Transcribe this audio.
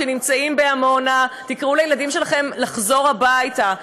נמצאים בעמונה: תקראו לילדים שלכם לחזור הביתה.